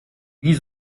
wie